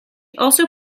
also